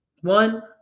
One